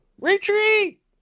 Retreat